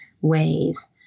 ways